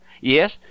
Yes